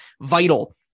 vital